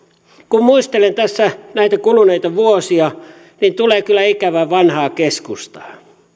kun muistelen tässä näitä kuluneita vuosia niin tulee kyllä ikävä vanhaa keskustaa